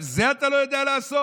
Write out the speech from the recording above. גם את זה אתה לא יודע לעשות?